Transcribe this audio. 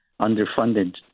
underfunded